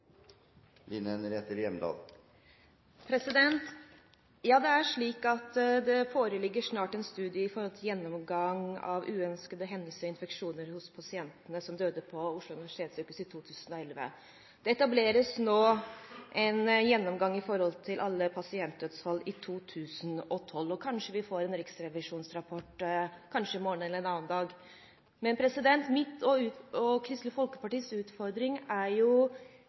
Det foreligger snart en studie med gjennomgang av uønskede hendelser og infeksjoner hos pasientene som døde på Oslo universitetssykehus i 2011. Det etableres nå en gjennomgang av alle pasientdødsfall i 2012, og kanskje vi får en riksrevisjonsrapport – kanskje i morgen eller en annen dag. Min og Kristelig Folkepartis utfordring er: